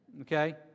okay